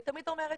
אני תמיד אומרת,